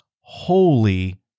holy